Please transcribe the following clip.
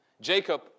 Jacob